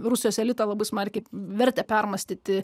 rusijos elitą labai smarkiai vertė permąstyti